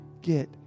get